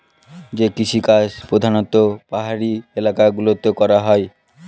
যে কৃষিকাজ প্রধানত পাহাড়ি এলাকা গুলোতে করা হয়